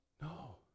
No